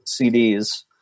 CDs